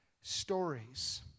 stories